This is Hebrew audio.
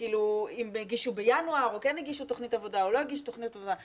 אם הגישו בינואר או כן הגישו תוכנית עבודה או לא הגישו תוכנית עבודה,